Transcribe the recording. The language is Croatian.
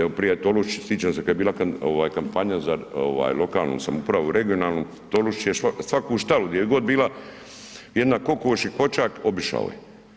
Evo prije Tolušić, sjećam se kad je bila kampanja za lokalnu samoupravu i regionalnu, Tolušić je svaku štalu gdje je god bila jedna kokoš i kočak, obišao je.